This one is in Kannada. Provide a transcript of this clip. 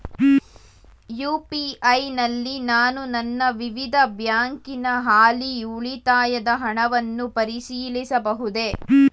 ಯು.ಪಿ.ಐ ನಲ್ಲಿ ನಾನು ನನ್ನ ವಿವಿಧ ಬ್ಯಾಂಕಿನ ಹಾಲಿ ಉಳಿತಾಯದ ಹಣವನ್ನು ಪರಿಶೀಲಿಸಬಹುದೇ?